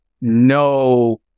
no